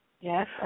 Yes